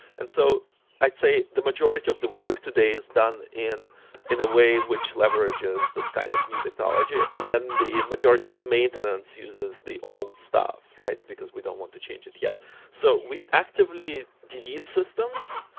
and so i'd say the majority of the work today is done in in the way which leverages this kind of new technology and then the majority of maintenance uses the old stuff, because we don't want to change it yet so we actively delete systems.